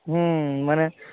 হুম মানে